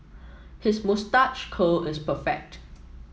his moustache curl is perfect